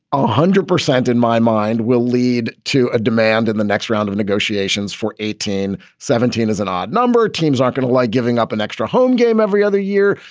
a hundred percent in my mind will lead to a demand in the next round of negotiations for eighteen, seventeen is an odd number of teams are going to like giving up an extra home game every other year.